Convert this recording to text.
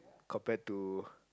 compared to